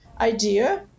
idea